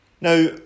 Now